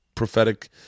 prophetic